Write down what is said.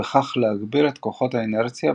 ובכך להגביר את כוחות האינרציה,